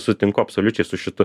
sutinku absoliučiai su šitu